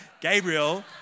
Gabriel